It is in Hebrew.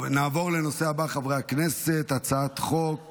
נעבור לנושא הבא, חברי הכנסת, הצעת חוק